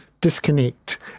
disconnect